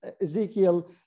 Ezekiel